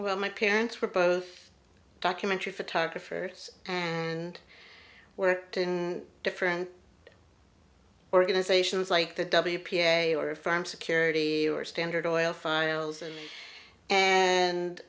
well my parents were both documentary photographers and worked in different organizations like the w p a or a farm security or standard oil files and